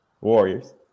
Warriors